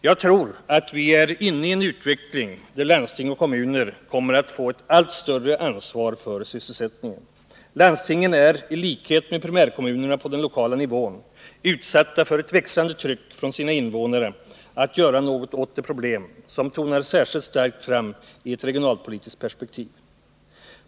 Jag tror att vi är inne i en utveckling där landsting och kommuner kommer att få ett allt större ansvar för sysselsättningen. Landstingen är — i likhet med primärkommunerna på den lokala nivån — utsatta för ett växande tryck från sina invånare att göra något åt de problem som särskilt starkt tonar fram i ett regionalt perspektiv.